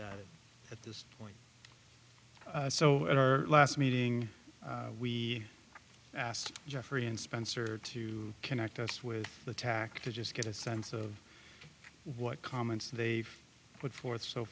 it at this point so at our last meeting we asked jeffrey and spencer to connect us with the tac to just get a sense of what comments they've put forth so